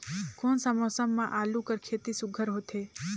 कोन सा मौसम म आलू कर खेती सुघ्घर होथे?